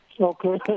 Okay